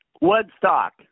Woodstock